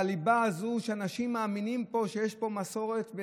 בליבה הזאת שאנשים מאמינים שיש פה מסורת.